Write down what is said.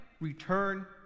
return